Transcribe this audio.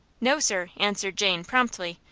no, sir, answered jane, promptly.